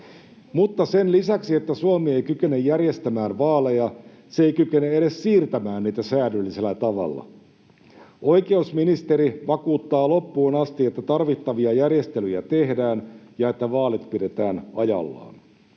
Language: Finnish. Mutta sen lisäksi, että Suomi ei kykene järjestämään vaaleja, se ei kykene edes siirtämään niitä säädyllisellä tavalla. Oikeusministeri vakuuttaa loppuun asti, että tarvittavia järjestelyjä tehdään ja että vaalit pidetään ajallaan.